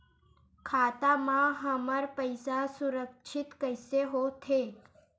खाता मा हमर पईसा सुरक्षित कइसे हो थे?